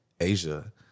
Asia